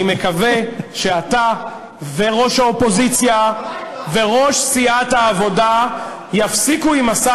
אני מקווה שאתה וראש האופוזיציה וראש סיעת העבודה יפסיקו עם מסע